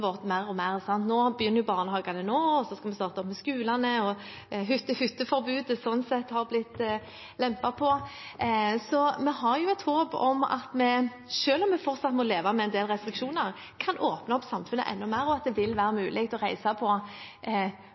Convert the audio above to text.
vårt mer og mer. Nå begynner barnehagene, så skal skolene starte opp, og hytteforbudet er blitt lempet på. Vi har et håp om at vi, selv om vi fortsatt må leve med en del restriksjoner, kan åpne opp samfunnet enda mer, at det vil være mulig å reise på